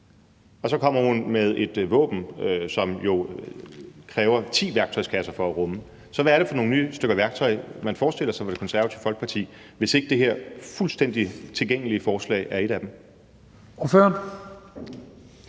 og så kommer hun med et våben, som det jo kræver ti værktøjskasser at rumme. Så hvad er det for nogle nye stykker værktøj, man forestiller sig i Det Konservative Folkeparti, hvis ikke det her fuldstændig tilgængelige forslag er et af dem?